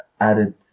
added